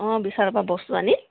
অঁ বিশালৰ পৰা বস্তু আনি